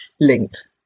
linked